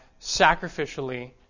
sacrificially